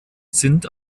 sind